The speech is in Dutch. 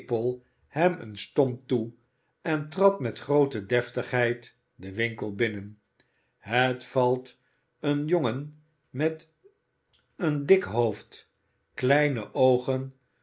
hem een stomp toe en trad met groote deftigheid den winkel binnen het valt een jongen met een dik hoofd kleine oogen